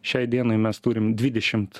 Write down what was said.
šiai dienai mes turim dvidešimt